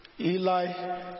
Eli